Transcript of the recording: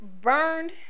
burned